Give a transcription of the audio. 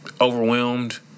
Overwhelmed